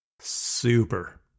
Super